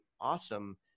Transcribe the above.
awesome